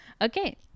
Okay